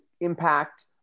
impact